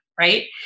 Right